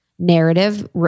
narrative